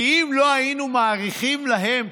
כי אם לא היינו מאריכים להם,